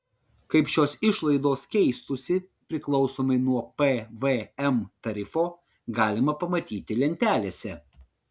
kaip šios išlaidos keistųsi priklausomai nuo pvm tarifo galima pamatyti lentelėse